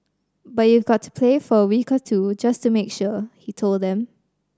but you've got to play for a week or two just to make sure he told them